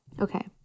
Okay